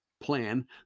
plan